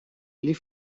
les